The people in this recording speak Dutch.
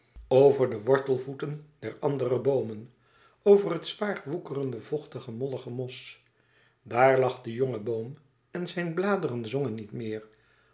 over de wortelvoeten der andere boomen over het zwaar woekerende vochtig mollige mos daar lag de jonge boom en zijn bladeren zongen niet meer